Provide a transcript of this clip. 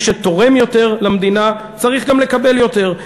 שתורם יותר למדינה צריך גם לקבל יותר,